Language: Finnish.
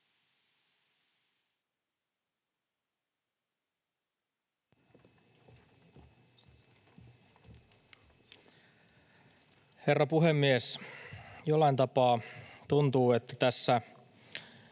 Herra puhemies! Jollain tapaa tuntuu, että tässä